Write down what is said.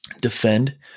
defend